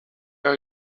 are